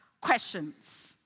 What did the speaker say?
questions